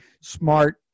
smart